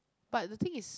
but the thing is